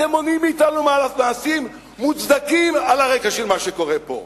אתם מונעים מאתנו מעשים מוצדקים על הרקע של מה שקורה פה.